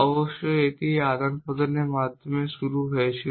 অবশ্যই এটি একটি আদান প্রদানের মাধ্যম হিসাবে শুরু হয়েছিল